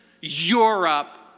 Europe